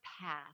path